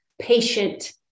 patient